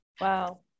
Wow